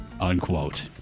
unquote